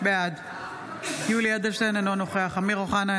בעד יולי יואל אדלשטיין, אינו נוכח אמיר אוחנה,